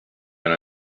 and